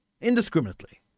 indiscriminately